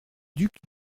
ducs